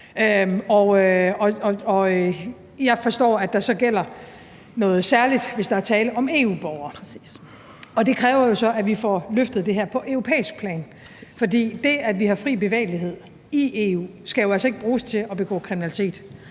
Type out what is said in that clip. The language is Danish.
jeg forstår, at der så gælder noget særligt, hvis der er tale om EU-borgere, og det kræver jo så, at vi får løftet det her på europæisk plan. For det, at vi har fri bevægelighed i EU, skal jo altså ikke bruges til at begå kriminalitet,